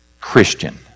Christian